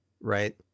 right